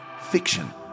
fiction